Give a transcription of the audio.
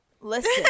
Listen